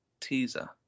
Teaser